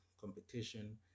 competition